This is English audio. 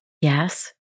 Yes